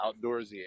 outdoorsy